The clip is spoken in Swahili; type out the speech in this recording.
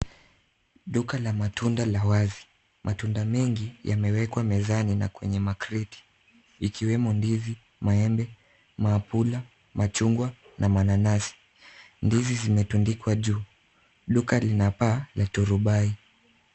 Duka la matunda la wazi. Matunda mengi yamewekwa mezani na kwenye makreti ikiwemo ndizi, maembe, maapula, machungwa na mananasi. Ndizi zimetundikwa juu. Duka lina paa la turubai.